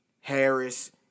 Harris